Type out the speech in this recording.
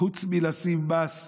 חוץ מלשים מס,